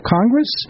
Congress